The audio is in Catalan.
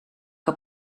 que